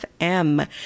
FM